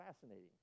fascinating